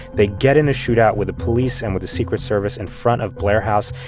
they get in a shootout with the police and with the secret service in front of blair house.